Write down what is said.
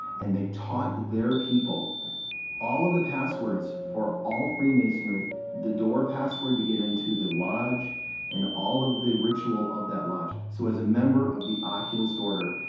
and they taught their people all of the passwords for all freemasonry the door password to get into the lodge and all of the ritual of that lodge. so as a member of the oculist order,